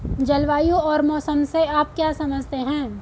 जलवायु और मौसम से आप क्या समझते हैं?